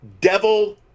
devil